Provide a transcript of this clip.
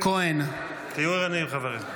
תהיו ערניים, חברים.